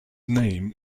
name